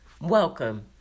Welcome